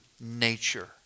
nature